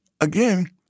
Again